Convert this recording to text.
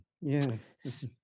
Yes